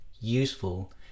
useful